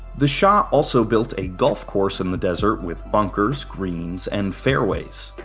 the shah also built a golf course in the desert with bunkers, greens, and fairways.